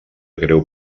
greu